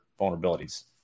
vulnerabilities